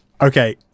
Okay